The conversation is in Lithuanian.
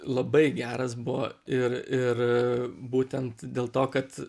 labai geras buvo ir ir būtent dėl to kad